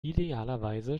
idealerweise